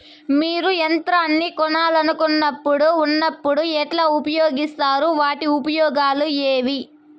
మీరు యంత్రాన్ని కొనాలన్నప్పుడు ఉన్నప్పుడు ఎట్లా ఉపయోగిస్తారు వాటి ఉపయోగాలు ఏవి?